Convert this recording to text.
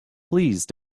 please